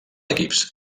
equips